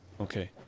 Okay